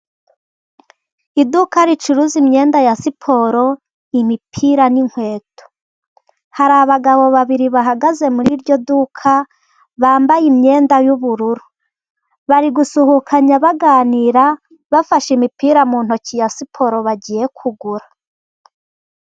Iduka ricuruza imyenda ya siporo, imipira n’inkweto. Hari abagabo babiri bahagaze muri iryo duka, bambaye imyenda y’ubururu, bari gusuhukanya baganira, bafashe imipira mu ntoki ya siporo bagiye kugura.